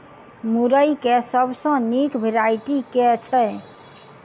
मुरई केँ सबसँ निक वैरायटी केँ छै?